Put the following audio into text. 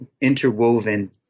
interwoven